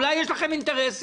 אולי יש לכם אינטרסים?